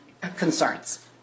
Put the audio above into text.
concerns